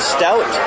Stout